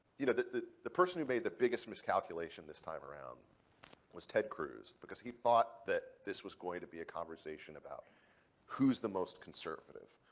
you know, the the person who made the biggest miscalculation this time around was ted cruz, because he thought that this was going to be a conversation about who's the most conservative,